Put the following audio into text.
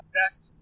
best